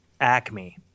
acme